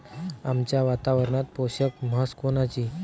आमच्या वातावरनात पोषक म्हस कोनची?